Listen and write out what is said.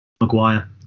Maguire